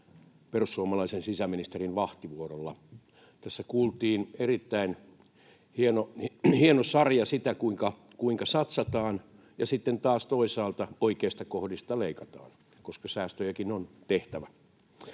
perussuomalaisen sisäministerin vahtivuorolla. Tässä kuultiin erittäin hieno sarja siitä, kuinka satsataan ja sitten taas toisaalta oikeista kohdista leikataan, koska säästöjäkin on tehtävä.